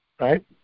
right